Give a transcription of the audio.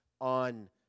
on